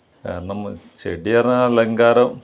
കാരണം ചെടി പറഞ്ഞാൽ അലങ്കാരം